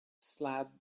slab